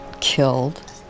killed